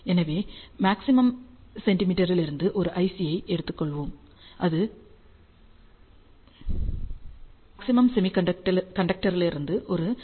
எனவே மாக்சிம் செமிகண்டக்டரிலிருந்து ஒரு ஐ